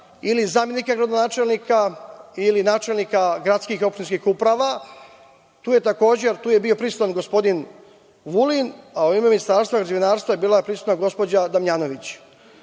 ili zamenika gradonačelnika ili načelnika gradskih opštinskih uprava. Tu je bio prisutan gospodin Vulin, a u ime Ministarstva građevinarstva je bila prisutna gospođa Damnjanović.